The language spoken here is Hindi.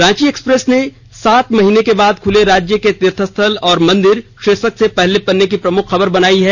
रांची एक्सप्रेस ने सात महीने के खुले राज्य के तीर्थस्थल और मंदिर भार्शिक से पहले पन्ने की प्रमुख खबर बनाई है